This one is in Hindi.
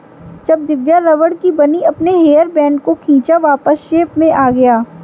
जब दिव्या रबड़ की बनी अपने हेयर बैंड को खींचा वापस शेप में आ गया